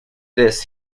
this